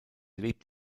lebt